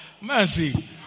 Mercy